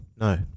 No